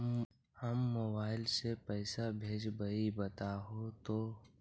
हम मोबाईल से पईसा भेजबई बताहु तो?